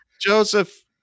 Joseph